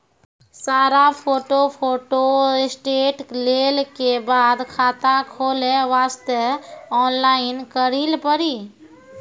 सारा photo photostat लेल के बाद खाता खोले वास्ते ऑनलाइन करिल पड़ी?